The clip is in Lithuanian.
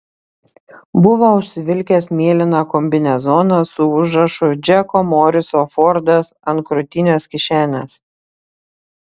buvo užsivilkęs mėlyną kombinezoną su užrašu džeko moriso fordas ant krūtinės kišenės